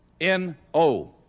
N-O